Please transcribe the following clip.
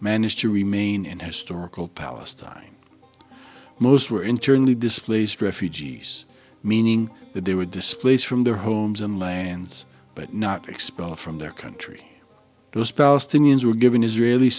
managed to remain in historical palestine most were internally displaced refugees meaning that they were displaced from their homes in lands but not expelled from their country those palestinians were given israeli